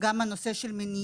וגם את נושא המניעה,